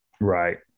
Right